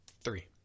Three